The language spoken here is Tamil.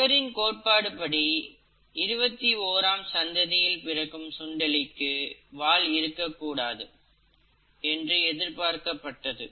இந்தக் கோட்பாடு படி இருபத்தி ஓராம் சந்ததியில் பிறக்கும் சுண்டெலிக்கு வால் இருக்கக் கூடாது என்று எதிர்பார்க்கப்பட்டது